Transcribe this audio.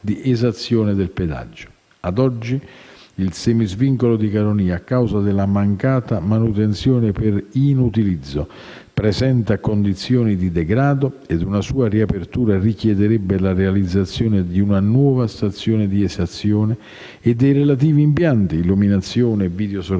di esazione del pedaggio. Ad oggi, il semi-svincolo di Caronia, a causa della mancata manutenzione per inutilizzo, presenta condizioni di degrado e una sua riapertura richiederebbe la realizzazione di una nuova stazione di esazione e dei relativi impianti (illuminazione, videosorveglianza